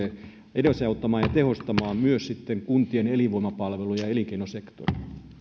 edesauttamaan ja tehostamaan myös sitten kuntien elinvoimapalveluja ja elinkeinosektoria